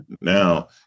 Now